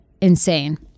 insane